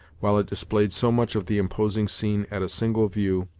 while it displayed so much of the imposing scene at a single view,